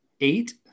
eight